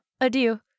Adieu